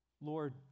Lord